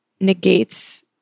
negates